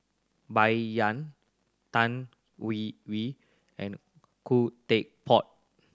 Bai Yan Tan Hwee Hwee and Khoo Teck Puat